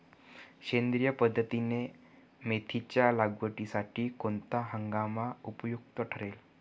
सेंद्रिय पद्धतीने मेथीच्या लागवडीसाठी कोणता हंगाम उपयुक्त ठरेल?